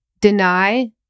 deny